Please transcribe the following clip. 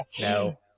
No